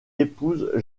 épouse